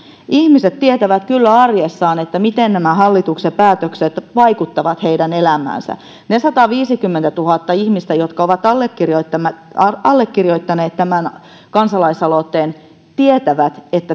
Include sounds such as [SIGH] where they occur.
ihmiset tietävät kyllä arjessaan miten nämä hallituksen päätökset vaikuttavat heidän elämäänsä ne sataviisikymmentätuhatta ihmistä jotka ovat allekirjoittaneet allekirjoittaneet tämän kansalaisaloitteen tietävät että [UNINTELLIGIBLE]